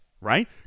right